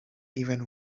even